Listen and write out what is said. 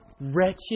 wretched